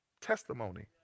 testimony